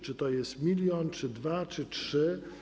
Czy to jest milion, czy dwa, czy trzy?